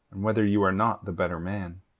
and whether you are not the better man.